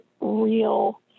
real